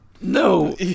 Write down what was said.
No